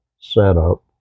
setup